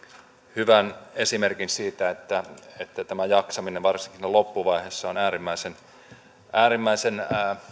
hyvän esimerkin siitä että tämä jaksaminen varsinkin loppuvaiheessa on äärimmäisen äärimmäisen